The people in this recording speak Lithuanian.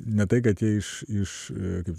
ne tai kad jie iš iš kaip